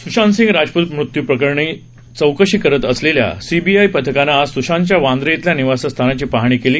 स्शांत सिंग राजपूत मृत्यू प्रकरणाची चौकशी करत असलेल्या सी बी आय पथकान आज स्शांतच्या वांद्रे इथल्या निवासस्थानाची पाहणी केली